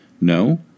no